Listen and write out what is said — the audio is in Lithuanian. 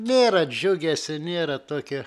nėra džiugesio nėra tokio